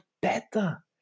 better